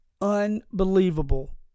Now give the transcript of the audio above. unbelievable